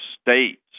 states